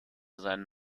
seinen